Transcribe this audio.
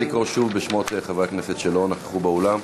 נא לקרוא שוב בשמות חברי הכנסת שלא נכחו באולם.